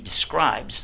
describes